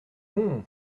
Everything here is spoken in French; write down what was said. bon